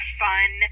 fun